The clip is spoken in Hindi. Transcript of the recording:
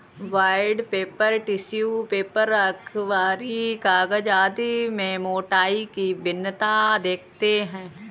बॉण्ड पेपर, टिश्यू पेपर, अखबारी कागज आदि में मोटाई की भिन्नता देखते हैं